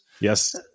Yes